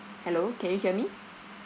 hello can you hear me